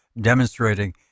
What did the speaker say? demonstrating